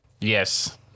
Yes